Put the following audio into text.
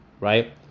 right